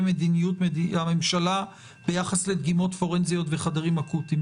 מדיניות הממשלה ביחס לדגימות פורנזיות וחדרים אקוטיים.